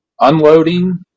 unloading